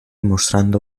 mostrando